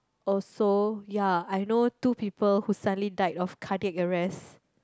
also ya I know two people who suddenly died of cardiac arrest